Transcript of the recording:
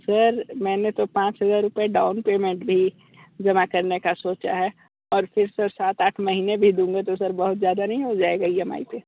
sir मैंने तो पाँच हज़ार रुपए डाउन पेमेंट भी जमा करने का सोचा है और फिर सर सात आठ महीने भी दूंगा तो सर बहुत ज़्यादा नहीं हो जाएगा ईएमआई पे